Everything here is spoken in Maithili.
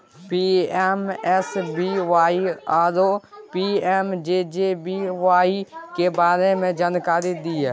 पी.एम.एस.बी.वाई आरो पी.एम.जे.जे.बी.वाई के बारे मे जानकारी दिय?